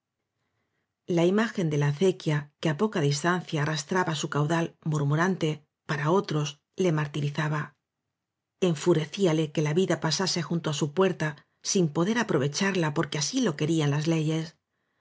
la imagen de la acequia que á poca dis tancia arrastraba su caudal murmurante para otros le martirizaba enfurecíale que la vida pasase junto á su puerta sin poder aprovecharla porque así lo querían las leyes